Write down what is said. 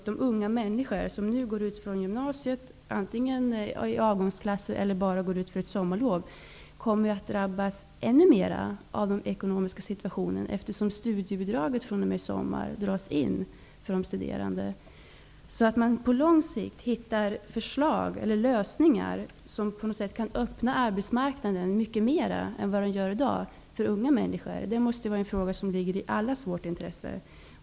De unga människor som nu går ut gymnasiet -- det kan vara antingen de som lämnar en avgångsklass eller de som bara går på sommarlov -- kommer att drabbas ännu mera av den ekonomiska situationen, eftersom sommarstudiebidraget fr.o.m. i sommar dras in för de studerande. Det gäller att på lång sikt komma fram till lösningar som på något sätt kan öppna arbetsmarknaden för unga människor mycket mera än som i dag är fallet. Detta är något som måste ligga i allas vårt intresse.